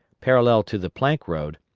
parallel to the plank road,